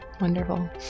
Wonderful